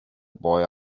boy